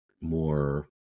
more